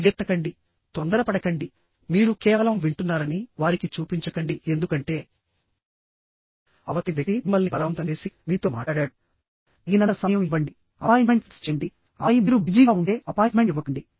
పరుగెత్తకండి తొందరపడకండి మీరు కేవలం వింటున్నారని వారికి చూపించకండి ఎందుకంటే అవతలి వ్యక్తి మిమ్మల్ని బలవంతం చేసి మీతో మాట్లాడాడు తగినంత సమయం ఇవ్వండి అపాయింట్మెంట్ ఫిక్స్ చేయండి ఆపై మీరు బిజీగా ఉంటే అపాయింట్మెంట్ ఇవ్వకండి